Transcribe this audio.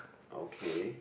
okay